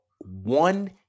one